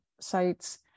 sites